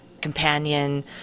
companion